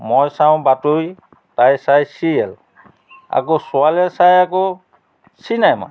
মই চাওঁ বাতৰি তাই চাই ছিৰিয়েল আকৌ ছোৱালীয়ে চাই আকৌ চিনেমা